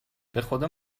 بخدا